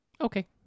Okay